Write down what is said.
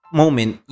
moment